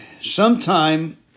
Sometime